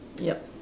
yup